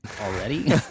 already